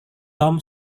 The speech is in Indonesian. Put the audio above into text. tom